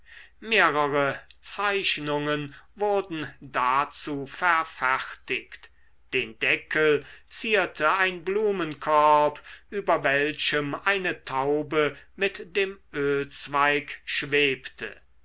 mehrere zeichnungen wurden dazu verfertigt den deckel zierte ein blumenkorb über welchem eine taube mit dem ölzweig schwebte